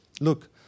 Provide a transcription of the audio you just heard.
look